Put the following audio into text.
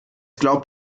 glaubt